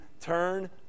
turn